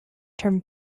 term